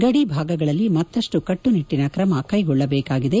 ಗಡಿಭಾಗಗಳಲ್ಲಿ ಮತ್ತಪ್ಪು ಕಟ್ಟುನಿಟ್ಟನ ಕ್ರಮಕ್ಕೆಗೊಳ್ಳಬೇಕಾಗಿದೆ